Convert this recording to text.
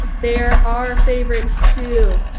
they're our favorites, too.